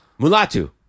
Mulatu